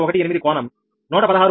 18 కోణం 116